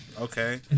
okay